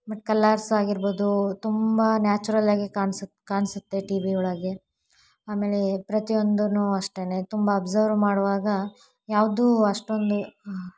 but colours ಆಗಿರ್ಬೋದು ತುಂಬ natural ಆಗಿ ಕಾಣ್ಸ ಕಾಣ್ಸುತ್ತೆ ಟಿ ವಿ ಒಳಗೆ ಆಮೇಲೆ ಪ್ರತಿಯೊಂದು ಅಷ್ಟೇ ತುಂಬ ಒಬ್ಸರ್ವ್ ಮಾಡುವಾಗ ಯಾವ್ದೂ ಅಷ್ಟೊಂದು